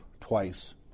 twice